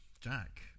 Jack